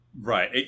Right